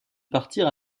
partir